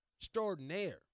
Extraordinaire